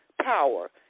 power